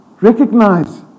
recognize